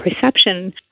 perception